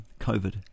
COVID